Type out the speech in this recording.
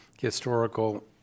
historical